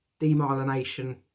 demyelination